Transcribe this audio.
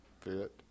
fit